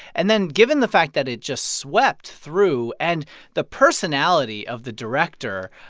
and then given the fact that it just swept through and the personality of the director,